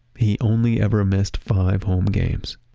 he only ever missed five home games.